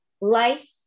life